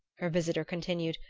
her visitor continued,